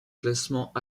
classements